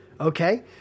okay